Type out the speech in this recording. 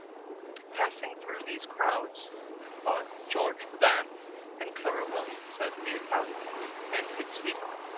passing through these crowds are george beban and clara williams as the italian and his sweetheart.